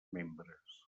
membres